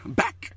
back